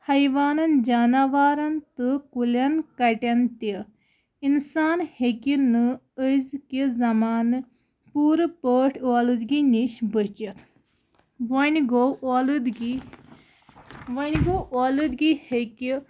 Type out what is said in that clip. حیوانَن جاناوارَن تہٕ کُلٮ۪ن کَٹٮ۪ن تہِ اِنسان ہیٚکہِ نہٕ أزکہِ زمانہٕ پوٗرٕ پٲٹھۍ اولوٗدگی نِش بٔچِتھ وۄنۍ گوٚو اولوٗدگی وۄنۍ گوٚو اولوٗدگی ہیٚکہِ